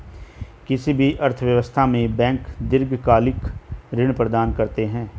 किसी भी अर्थव्यवस्था में बैंक दीर्घकालिक ऋण प्रदान करते हैं